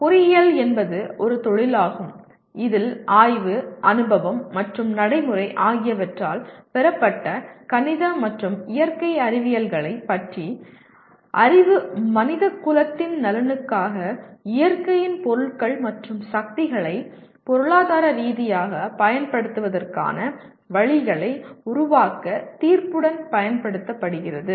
பொறியியல் என்பது ஒரு தொழிலாகும் இதில் ஆய்வு அனுபவம் மற்றும் நடைமுறை ஆகியவற்றால் பெறப்பட்ட கணித மற்றும் இயற்கை அறிவியல்களைப் பற்றிய அறிவு மனிதகுலத்தின் நலனுக்காக இயற்கையின் பொருட்கள் மற்றும் சக்திகளை பொருளாதார ரீதியாகப் பயன்படுத்துவதற்கான வழிகளை உருவாக்க தீர்ப்புடன் பயன்படுத்தப்படுகிறது